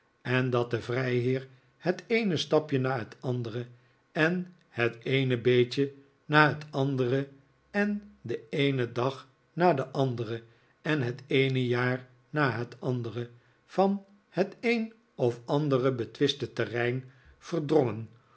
en dat de vrijheer het eene stapje na het andere en het eene beetje na het andere en den eenen dag na den anderen en het eene jaar na het andere van het een of andere betwiste terrein verdrongen